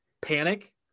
panic